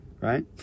right